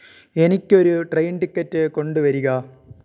എനിക്കൊരു train ticket കൊണ്ടുവരിക